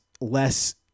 less